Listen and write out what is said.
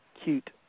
cute